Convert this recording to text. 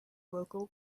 local